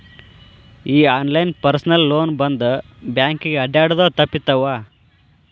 ಈ online personal loan ಬಂದ್ ಬ್ಯಾಂಕಿಗೆ ಅಡ್ಡ್ಯಾಡುದ ತಪ್ಪಿತವ್ವಾ